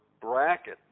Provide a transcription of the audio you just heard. bracket